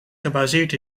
gebaseerd